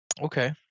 Okay